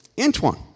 Antoine